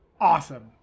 awesome